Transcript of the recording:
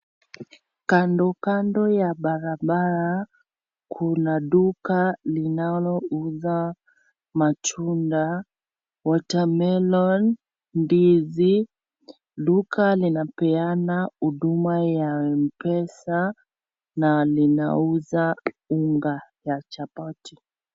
Kando kando ya barabara kuna duka linalouza matunda, watermelon , ndizi. Duka linapeana huduma ya Mpesa na linauza unga ya chapati.